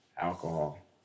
alcohol